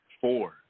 four